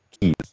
keys